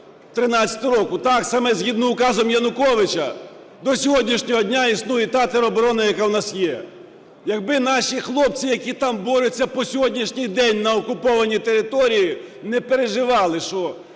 2013 року. Так, саме згідно указом Януковича до сьогоднішнього дня існує та тероборона, яка в нас є. Як би наші хлопці, які там борються по сьогоднішній день на окупованій території не переживали, що